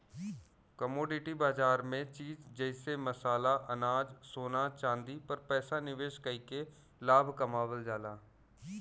commodity बाजार में चीज जइसे मसाला अनाज सोना चांदी पर पैसा निवेश कइके लाभ कमावल जाला